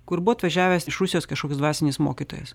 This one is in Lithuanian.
kur buvo atvažiavęs iš rusijos kažkoks dvasinis mokytojas